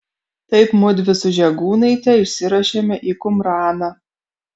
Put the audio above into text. taip mudvi su žegūnaite išsiruošėme į kumraną